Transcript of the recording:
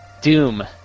Doom